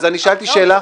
אז אני שאלתי שאלה?